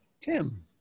Tim